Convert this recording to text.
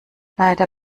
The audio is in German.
leider